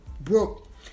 broke